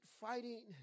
fighting